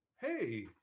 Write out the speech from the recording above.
Hey